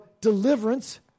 deliverance